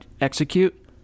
execute